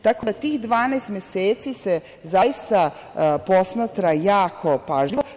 Tako da tih 12 meseci se zaista posmatra jako pažljivo.